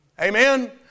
Amen